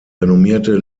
renommierte